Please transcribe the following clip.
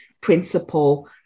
principle